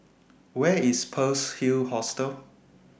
Where IS Pearl's Hill Hostel